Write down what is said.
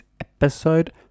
episode